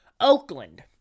Oakland